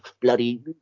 bloody